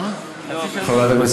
תודה רבה.